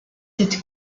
cette